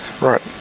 right